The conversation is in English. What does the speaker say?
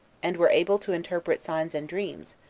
and were able to interpret signs and dreams,